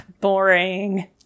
boring